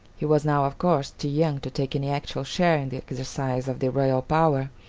he was now, of course, too young to take any actual share in the exercise of the royal power,